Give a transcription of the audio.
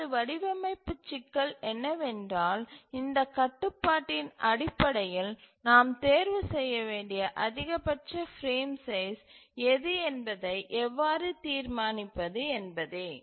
நமது வடிவமைப்பு சிக்கல் என்னவென்றால் இந்த கட்டுப்பாட்டின் அடிப்படையில் நாம் தேர்வு செய்ய வேண்டிய அதிகபட்ச பிரேம் சைஸ் எது என்பதை எவ்வாறு தீர்மானிப்பது என்பதே